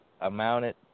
amounted